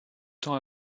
temps